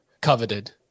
coveted